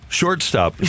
shortstop